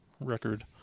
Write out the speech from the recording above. record